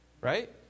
right